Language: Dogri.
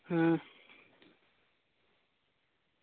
अं